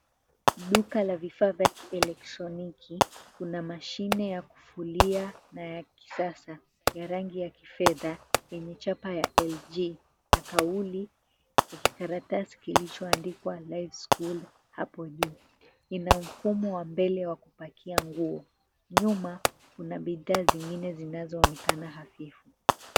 Duka la vifaa la kielektroniki, kuna mashine ya kufulia na ya kisasa, ya rangi ya kifedha, yenye chapa ya LG, na kauli, ya kikaratasi kilichoandikwa, LifeSchool, hapo juu. Ina mfumo wa mbele wa kupakia nguo, nyuma, kuna bidhaa zingine zinazoonekana hafifu.